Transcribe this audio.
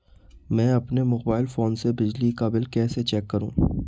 मैं अपने mobile phone से बिजली का बिल कैसे चेक करूं?